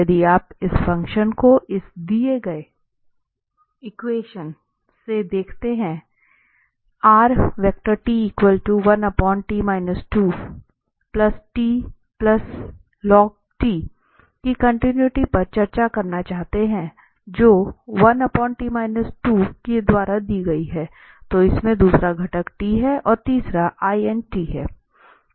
यदि आप इस फ़ंक्शन की कॉन्टिनुइटी पर चर्चा करना चाहते हैं जो कि द्वारा दिया गया है तो इसमें दूसरा घटक t है और तीसरा है